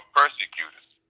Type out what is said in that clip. persecutors